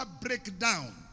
breakdown